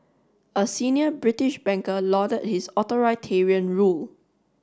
a senior British banker lauded his authoritarian rule